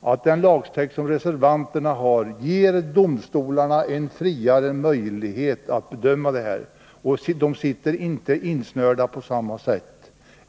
att den lagtext som reservanterna föreslår ger domstolarna friare möjligheter att bedöma de här frågorna.